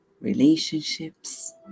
Relationships